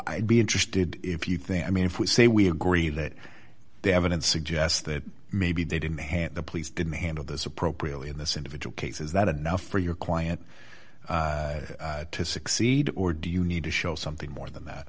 i'd be interested if you think i mean if we say we agree that the evidence suggests that maybe they didn't have the police didn't handle this appropriately in this individual case is that enough for your quiet to succeed or do you need to show something more than that